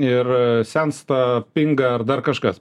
ir sensta pinga ar dar kažkas